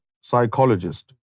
psychologist